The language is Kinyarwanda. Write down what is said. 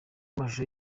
amashusho